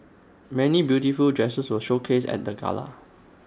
many beautiful dresses were showcased at the gala